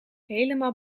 helemaal